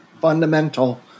fundamental